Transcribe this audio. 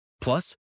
Plus